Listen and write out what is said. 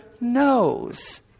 knows